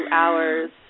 hours